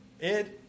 Ed